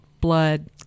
blood